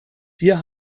wir